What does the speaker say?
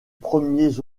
premiers